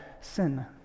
sin